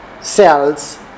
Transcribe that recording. cells